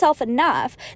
enough